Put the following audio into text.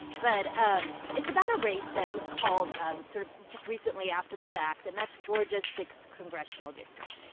but um it's about a race that was called um sort of just recently after the fact, and that's georgia's sixth congressional district.